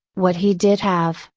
what he did have,